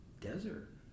desert